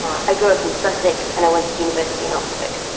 i grew up in sussex and i went to university in oxford.